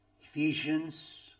Ephesians